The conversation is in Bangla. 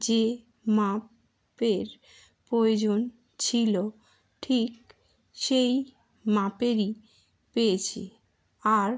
যে মাপের প্রয়োজন ছিল ঠিক সেই মাপেরই পেয়েছি আর